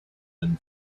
been